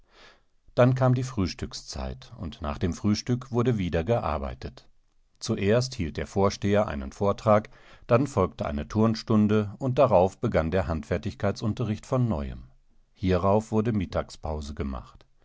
dann kam die frühstückszeit und nach dem frühstück wurde wieder gearbeitet zuerst hielt der vorsteher einen vortrag dann folgte eine turnstunde und darauf begann der handfertigkeitsunterricht von neuem hierauf wurde mittagspause gemacht